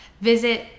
Visit